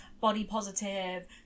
body-positive